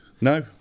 no